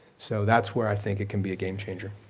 so that's where i think it can be a game changer.